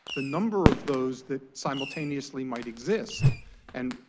the number of those that simultaneously might exist and,